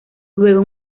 luego